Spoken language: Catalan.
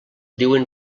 diuen